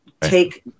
take